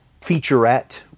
featurette